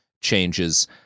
changes